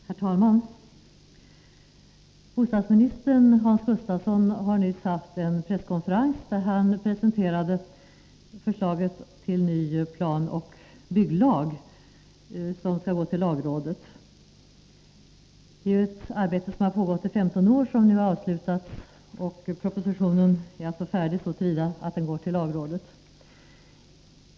Herr talman! Bostadsminister Hans Gustafsson har nyss haft en presskonferens där han presenterade förslaget till ny planoch bygglag, som skall gå till lagrådet. Det är ett arbete som har pågått i 15 år som nu har avslutats. Propositionen är färdig så till vida att den skickas till lagrådet.